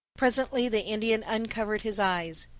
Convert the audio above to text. presently the indian uncovered his eyes.